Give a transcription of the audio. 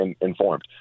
informed